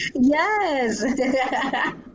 Yes